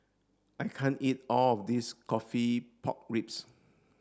I can't eat all of this coffee pork ribs